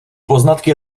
poznatky